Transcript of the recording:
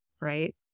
Right